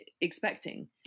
expecting